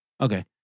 Okay